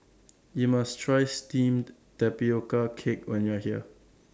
YOU must Try Steamed Tapioca Cake when YOU Are here